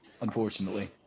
unfortunately